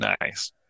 nice